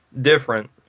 different